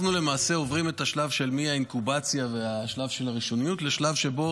למעשה אנחנו עוברים מהאינקובציה והשלב של הראשוניות לשלב שבו